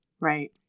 right